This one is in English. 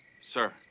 Sir